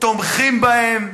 תומכים בהם,